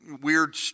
weird